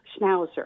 schnauzer